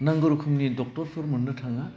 नांगौ रोखोमनि डक्टरफोर मोन्नो थाङा